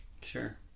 Sure